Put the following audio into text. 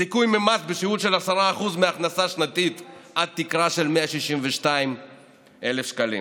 זיכוי מס בשיעור של 10% מהכנסה שנתית עד תקרה של 162,000 שקלים.